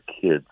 kids